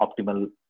optimal